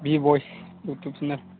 बि बयस YouTube channel